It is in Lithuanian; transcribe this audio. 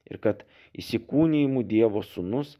ir kad įsikūnijimu dievo sūnus